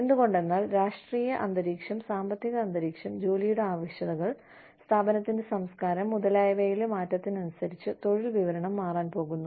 എന്തുകൊണ്ടെന്നാൽ രാഷ്ട്രീയ അന്തരീക്ഷം സാമ്പത്തിക അന്തരീക്ഷം ജോലിയുടെ ആവശ്യകതകൾ സ്ഥാപനത്തിന്റെ സംസ്കാരം മുതലായവയിലെ മാറ്റത്തിനനുസരിച്ച് തൊഴിൽ വിവരണം മാറാൻ പോകുന്നു